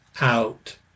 out